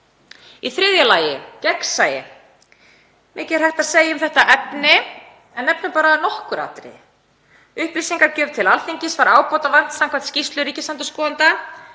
Í þriðja lagi: Gagnsæi. Mikið er hægt að segja um þetta efni en ég nefni bara nokkur atriði. Upplýsingagjöf til Alþingis var ábótavant samkvæmt skýrslu ríkisendurskoðanda